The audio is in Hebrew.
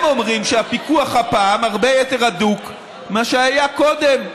הם אומרים שהפיקוח הפעם הרבה יותר הדוק ממה שהיה קודם.